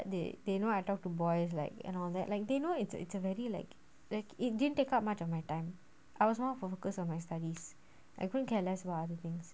they they know I talked to boys like and all that like they know it's a it's a very like like it didn't take up much of my time I was more focused on my studies I couldn't care less about other things